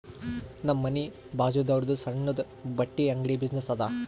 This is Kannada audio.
ನಮ್ ಮನಿ ಬಾಜುದಾವ್ರುದ್ ಸಣ್ಣುದ ಬಟ್ಟಿ ಅಂಗಡಿ ಬಿಸಿನ್ನೆಸ್ ಅದಾ